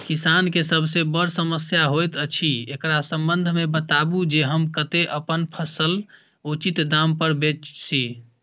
किसान के सबसे बर समस्या होयत अछि, एकरा संबंध मे बताबू जे हम कत्ते अपन फसल उचित दाम पर बेच सी?